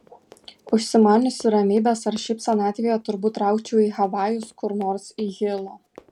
užsimaniusi ramybės ar šiaip senatvėje turbūt traukčiau į havajus kur nors į hilo